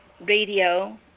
radio